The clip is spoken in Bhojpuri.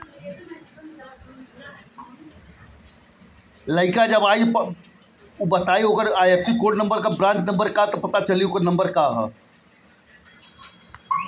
पासबुक पे तोहार नाम, पता, खाता संख्या, आई.एफ.एस.सी कोड अउरी बैंक शाखा लिखल रहत बाटे